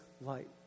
light